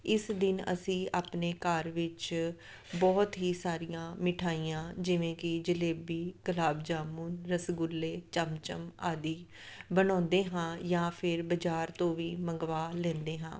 ਇਸ ਦਿਨ ਅਸੀਂ ਆਪਣੇ ਘਰ ਵਿੱਚ ਬਹੁਤ ਹੀ ਸਾਰੀਆਂ ਮਿਠਾਈਆਂ ਜਿਵੇਂ ਕਿ ਜਲੇਬੀ ਗੁਲਾਬ ਜਾਮੁਨ ਰਸਗੁੱਲੇ ਚਮਚਮ ਆਦਿ ਬਣਾਉਂਦੇ ਹਾਂ ਜਾਂ ਫਿਰ ਬਜ਼ਾਰ ਤੋਂ ਵੀ ਮੰਗਵਾ ਲੈਂਦੇ ਹਾਂ